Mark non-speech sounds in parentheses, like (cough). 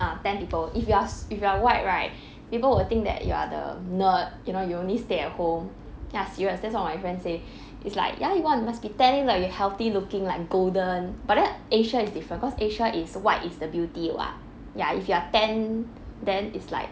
ah tanned people if you are s~ if you are white right people would think that you are the nerd you know you only stay at home ya serious that's what my friend say (breath) it's like ya you want must be tanned means like you healthy looking like golden but then asia is different cause asia is white is the beauty [what] ya if you are tanned then it's like